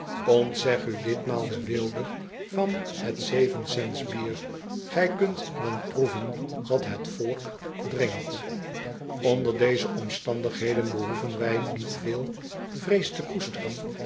ntzeg u ditmaal de weelde van het zevencents bier gij kunt dan proeven wat het volk drinkt nder deze omstandigheden behoeven wij niet te veel vrees te koesteren